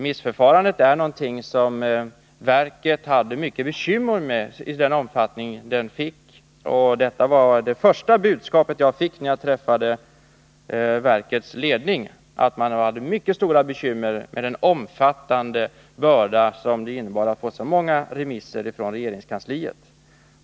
Planverket har haft mycket bekymmer med det omfattande remissförfarandet. Det första budskapet jag fick när jag träffade verkets ledning var att man hade mycket stora bekymmer med den omfattande börda som det innebar att få så många remisser från regeringskansliet.